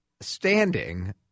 standing